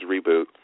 reboot